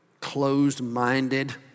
closed-minded